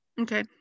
Okay